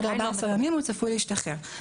עוד 14 ימים הוא צפוי להשתחרר.